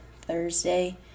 Thursday